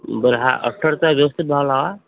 बरं हा अफ्टरचा व्यवस्थित भाव लावा